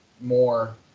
more –